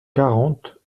quarante